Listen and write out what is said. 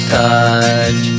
touch